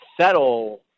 settle